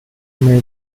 may